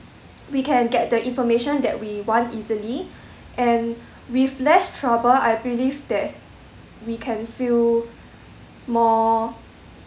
we can get the information that we want easily and with less trouble I believe that we can feel more